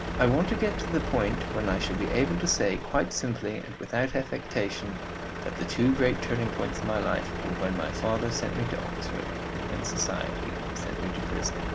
i want to get to the point when i shall be able to say quite simply, and without affectation that the two great turning-points in my life were when my father sent me to oxford, and when society sent me to prison.